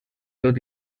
tot